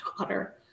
daughter